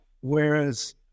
Whereas